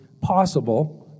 possible